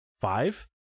Five